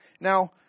Now